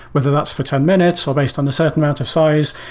whether that's for ten minutes or based on a certain amount of size.